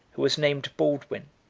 who was named baldwin,